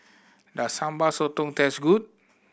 does Sambal Sotong taste good